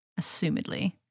Assumedly